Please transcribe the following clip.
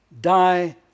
die